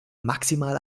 maximal